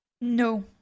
No